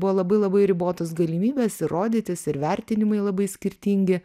buvo labai labai ribotos galimybės ir rodytis ir vertinimai labai skirtingi